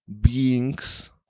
beings